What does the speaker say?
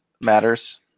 matters